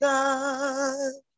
God